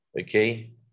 okay